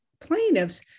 plaintiffs